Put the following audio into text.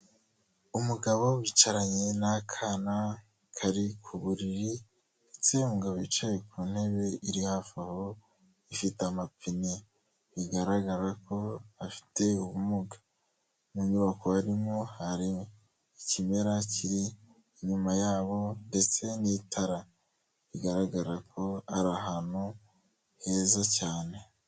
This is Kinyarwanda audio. Umugabo wicaranye n'akana kari ku buriri ndetse uyu mugabo wicaye ku ntebe iri hafi aho ifite amapine bigaragara ko afite ubumuga. Mu nyubako barimo hari ikimera kiri inyuma yabo ndetse n'itara bigaragara ko ari ahantu heza cyane.